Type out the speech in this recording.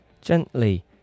gently